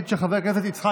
חוק